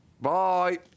Bye